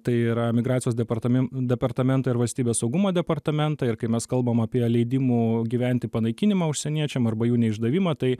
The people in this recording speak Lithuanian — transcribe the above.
tai yra migracijos departamen departamento ir valstybės saugumo departamentą ir kai mes kalbam apie leidimų gyventi panaikinimą užsieniečiam arba jų neišdavimą tai